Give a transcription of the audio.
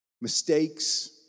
mistakes